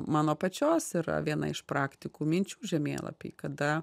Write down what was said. mano pačios yra viena iš praktikų minčių žemėlapiai kada